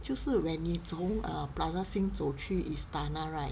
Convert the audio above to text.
就是 when 你从 plaza sing 走去 istana right